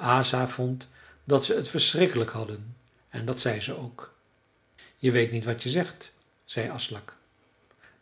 asa vond dat ze het verschrikkelijk hadden en dat zei ze ook je weet niet wat je zegt zei aslak